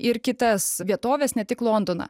ir kitas vietoves ne tik londoną